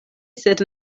sed